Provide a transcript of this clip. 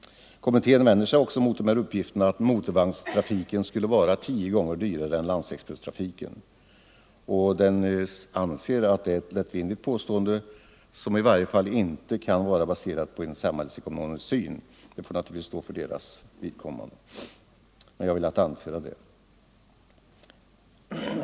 Kommittén vänder sig också emot uppgifterna att motorvagnstrafiken skulle vara tio gånger dyrare än landsvägsbusstrafiken. Den anser att det är ett lättvindigt påstående, som i varje fall inte kan vara baserat på en samhällsekonomisk syn. De här synpunkterna får naturligtvis kommittén själv stå för, men jag har velat anföra dem.